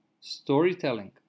storytelling